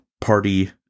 party